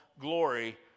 glory